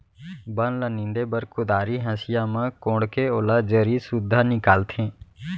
बन ल नींदे बर कुदारी, हँसिया म कोड़के ओला जरी सुद्धा निकालथें